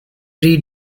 pre